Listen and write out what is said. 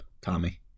Tommy